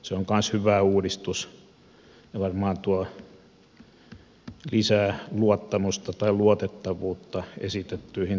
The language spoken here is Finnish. se on kans hyvä uudistus ja varmaan tuo lisää luotettavuutta esitettyihin todistuksiin